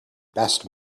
best